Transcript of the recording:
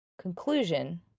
conclusion